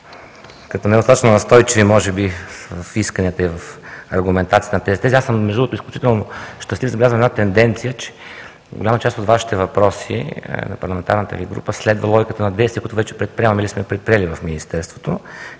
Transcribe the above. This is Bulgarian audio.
като недостатъчно настойчиви може би в исканията и в аргументацията на тезите си. Аз съм между другото изключително щастлив – забелязвам тенденция, че голяма част от въпросите на парламентарната Ви група следва логиката на действията, които вече предприемаме, или сме предприели в Министерството.